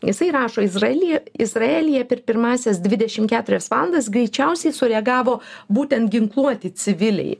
jisai rašo izraelyje izraelyje per pirmąsias dvidešim keturias valandas greičiausiai sureagavo būtent ginkluoti civiliai